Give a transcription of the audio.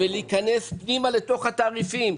ולהיכנס פנימה לתעריפים.